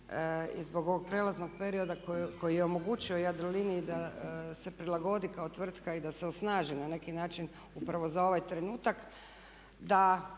i zbog ovog prijelaznog perioda koji je omogućio Jadroliniji da se prilagodi kao tvrtka i da se osnaži na neki način upravo za ovaj trenutak